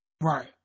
Right